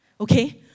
Okay